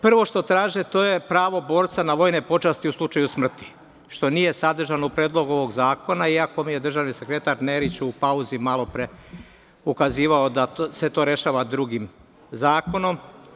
Prvo što traže to je pravo borca na vojne počasti u slučaju smrti, što nije sadržano u Predlogu ovog zakona, iako mi je državni sekretar Nerić u pauzi malopre ukazivao da se to rešava drugim zakonom.